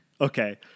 Okay